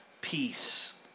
peace